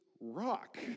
rock